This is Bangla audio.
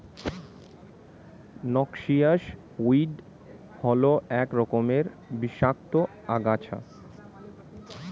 নক্সিয়াস উইড হল এক রকমের বিষাক্ত আগাছা